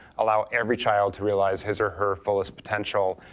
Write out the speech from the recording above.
allow every child to realize his or her fullest potential,